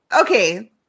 okay